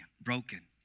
broken